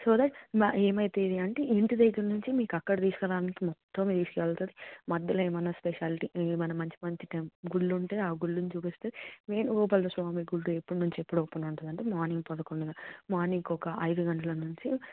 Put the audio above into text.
so that ఏమి అవుతుంది అంటే ఇంటి దగ్గర నుంచి మీకు అక్కడ తీసుకురావడానికి మొత్తం తీసుకు వెళ్తది మధ్యలో ఏమన్న స్పెషాలిటీ ఏమన్న మంచి మంచి టె గుళ్ళు ఉంటే ఆ గుళ్ళును చూపిస్తది వేణుగోపాలస్వామి గుడి ఎప్పటి నుంచి ఎప్పుడు ఓపెన్ ఉంటుంది అంటే మార్నింగ్ పదకొండు గం మార్నింగ్ ఒక ఐదు గంటల నుంచి